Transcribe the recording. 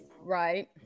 Right